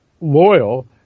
loyal